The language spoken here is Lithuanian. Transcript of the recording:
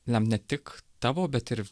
lemt ne tik tavo bet ir